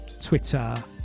twitter